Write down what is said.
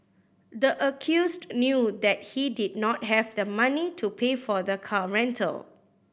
the accused knew that he did not have the money to pay for the car rental